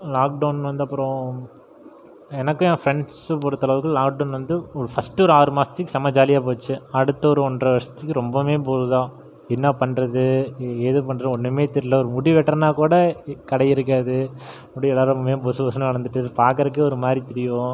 lockdown வந்தப்பறம் எனக்கும் என் ஃப்ரெண்ட்ஸு பொறுத்த அளவுக்கு லாக்டவுன் வந்து ஃபர்ஸ்ட் ஒரு ஆறு மாதத்துக்கு செம ஜாலியாக போச்சு அடுத்த ஒரு ஒன்றை வருஷத்துக்கு ரொம்பவுவே போர் தான் என்ன பண்ணுறது ஏது பண்ணுறது ஒன்றுமே தெரில ஒரு முடி வெட்டுறனாக்கூட கடை இருக்காது முடி எல்லாரு பொசு பொசுன்னு வளர்ந்துட்டு பார்க்குறக்கே ஒரு மாரி தெரியுவோம்